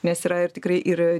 nes yra ir tikrai ir